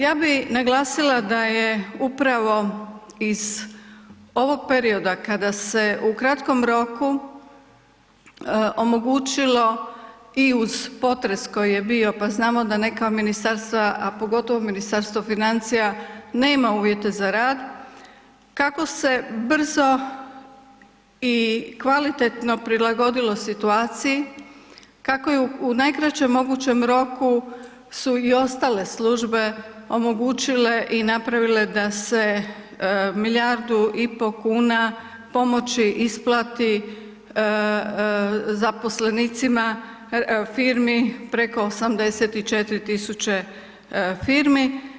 Ja bih naglasila da je upravo iz ovog perioda kada se u kratkom roku omogućilo i uz potres koji je bio, pa znamo da neka ministarstva, a pogotovo Ministarstvo financija nema uvjete za rad, kako se brzo i kvalitetno prilagodilo situaciju, kako je u najkraćem mogućem roku su i ostale službe omogućile i napravile da se milijardu i pol kuna pomoći isplati zaposlenicima firmi preko 84.000 firmi.